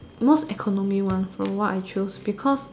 most economy one from what I choose because